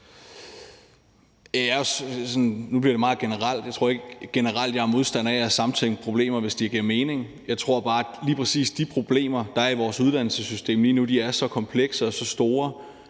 Nu bliver det meget generelt. Jeg er ikke generelt modstander af at samtænke problemer, hvis det giver mening. Jeg tror bare, at lige præcis de problemer, der er i vores uddannelsessystem lige nu, er så komplekse og så store,